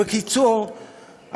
בקיצור,